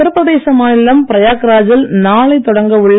உத்தரபிரதேச மாநிலம் பிரயாக்ராஜில் நாளை தொடங்க உள்ள